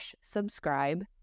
subscribe